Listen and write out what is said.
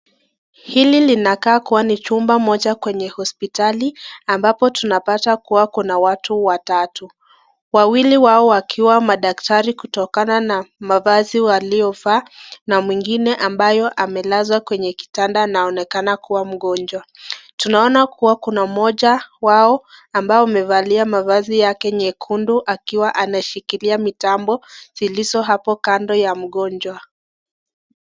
Hili linakaa kuwa ni chumba moja kwenye hospitali ambapo tunapata kuwa kuna watu watatu. Wawili wao wakiwa madaktari kutokana na mavazi waliovaa na mwingine ambayo amelazwa kwenye kitanda na anaonekana kuwa mgonjwa. Tunaona kuwa kuna moja wao ambayo amevalia mavazi yake nyekundu akiwaanashikilia mitambo zilizo hapo kando ya mgonjwa.